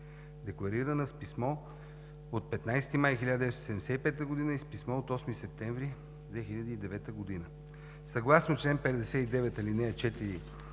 декларирана с писмо от 15 май 1975 г. и с писмо от 8 септември 2009 г. Съгласно чл. 59, ал. 4